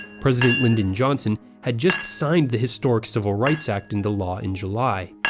president lyndon johnson had just signed the historic civil rights act into law in july.